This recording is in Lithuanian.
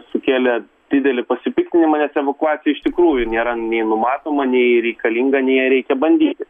sukėlė didelį pasipiktinimą nes evakuacija iš tikrųjų nėra nei numatoma nei reikalinga nei ją reikia bandyti